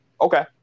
Okay